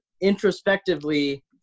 introspectively